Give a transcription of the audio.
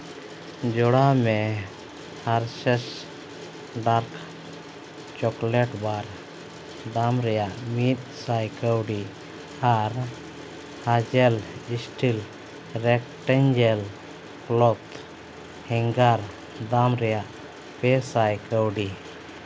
ᱡᱚᱲᱟᱣ ᱢᱮ Hershey's dark chocolate bar ᱫᱟᱢ ᱨᱮᱭᱟᱜ ᱢᱤᱫ ᱥᱟᱭ ᱠᱟᱹᱣᱰᱤ ᱟᱨ ᱦᱟᱡᱮᱞ ᱤᱥᱴᱤᱞ ᱨᱮᱠᱴᱮᱱᱜᱮᱞ ᱠᱞᱚᱛᱷ ᱦᱮᱝᱜᱟᱨ ᱫᱟᱢ ᱨᱮᱭᱟᱜ ᱯᱮ ᱥᱟᱭ ᱠᱟᱹᱣᱰᱤ